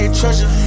treasure